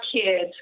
kids